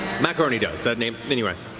macaroni does. that name anyway.